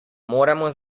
moremo